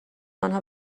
آنها